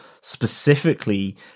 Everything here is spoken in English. specifically